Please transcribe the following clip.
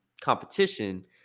competition